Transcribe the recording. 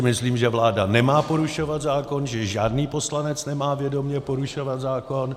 Myslím si, že vláda nemá porušovat zákon, že žádný poslanec nemá vědomě porušovat zákon.